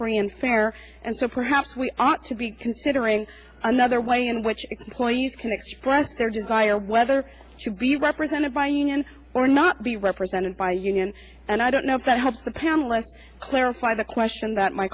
and fair and so perhaps we ought to be considering another way in which point you can express their desire whether to be represented by unions or not be represented by union and i don't know if that helps the panelists clarify the question that my